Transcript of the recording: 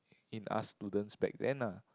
in us students back then lah